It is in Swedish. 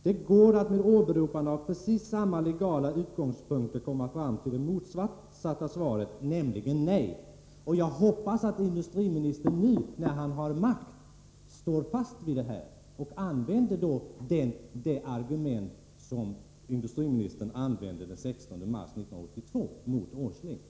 Det går att med åberopande av precis samma legala grunder komma fram till det motsatta svaret, nämligen nej. Jag hoppas att Thage Peterson nu, när han har makten, vidhåller sin ståndpunkt och använder det argument som han använde den 16 mars 1982 mot Nils Åsling när frågan om Sandoz köp av Ahlgrens kommer till regeringen.